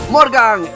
Morgan